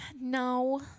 No